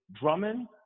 Drummond